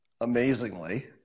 amazingly